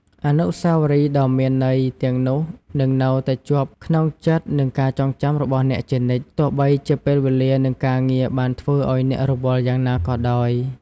អនុស្សាវរីយ៍ដ៏មានន័យទាំងនោះនឹងនៅតែជាប់ក្នុងចិត្តនិងការចងចាំរបស់អ្នកជានិច្ច ទោះបីជាពេលវេលានិងការងារបានធ្វើឱ្យអ្នករវល់យ៉ាងណាក៏ដោយ។